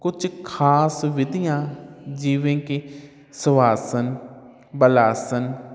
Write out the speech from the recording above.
ਕੁਝ ਖ਼ਾਸ ਵਿਧੀਆਂ ਜਿਵੇਂ ਕਿ ਸਵਾਸ ਆਸਨ ਬਲਆਸਨ